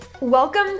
Welcome